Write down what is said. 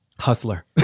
Hustler